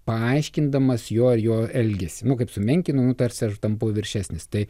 paaiškindamas jo jo elgesį kaip sumenkinu tarsi aš tampu viršesnis tai